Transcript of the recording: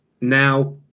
Now